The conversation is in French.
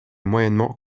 moyennement